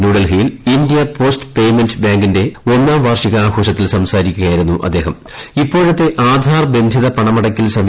ന്യൂഡൽഹിയിൽ India post payment ബാങ്കിന്റെ ഒന്നാം വാർഷിക ആഘോഷത്തിൽ സംസാരിക്കുകയായിരുന്നു ഇപ്പോഴത്തെ ആധാർ ബന്ധിത പണമടയ്ക്കൽ അദ്ദേഹം